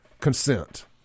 consent